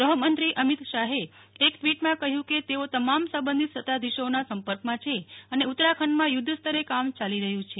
ગૃહમંત્રી અમિત શાહે એક ટ્વીટમાં કહ્યું કે તેઓ તમામ સંબંધિત સત્તાધીશોના સંપર્કમાં છે અને ઉત્તરાખંડમાં યુધ્ધ સ્તરે કામ ચાલી રહ્યું છે